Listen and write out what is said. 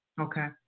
Okay